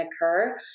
occur